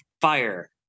fire